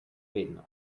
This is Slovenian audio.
vedno